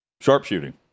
Sharpshooting